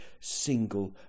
single